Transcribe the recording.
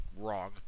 wrong